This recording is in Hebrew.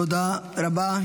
תודה רבה.